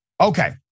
Okay